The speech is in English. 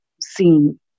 seen